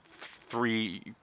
three